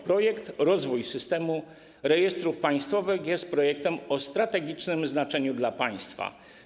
Projekt „Rozwój Systemu Rejestrów Państwowych” jest projektem o strategicznym znaczeniu dla państwa.